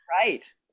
Right